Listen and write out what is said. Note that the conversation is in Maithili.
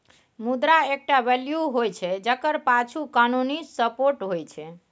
मुद्रा एकटा वैल्यू होइ छै जकर पाछु कानुनी सपोर्ट होइ छै